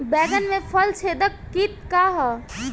बैंगन में फल छेदक किट का ह?